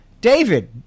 David